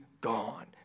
gone